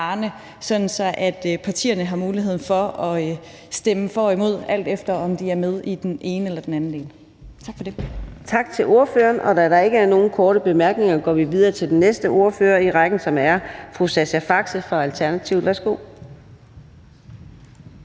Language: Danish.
så partierne har mulighed for stemme for og imod, alt efter om de er med i den ene eller den anden del. Tak for det.